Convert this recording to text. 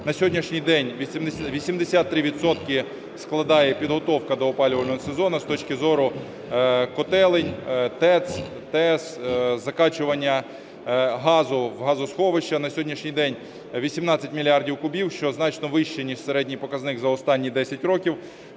На сьогоднішній день 83 відсотки складає підготовка до опалювального сезону з точки зору котелень, ТЕЦ, ТЕС, закачування газу в газосховища. На сьогоднішній день 18 мільярдів кубів, що значно вище, ніж середній показник за останні 10 років.